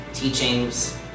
teachings